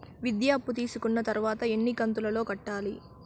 విద్య అప్పు తీసుకున్న తర్వాత ఎన్ని కంతుల లో కట్టాలి?